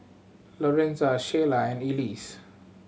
Lorenza Shayla and Elise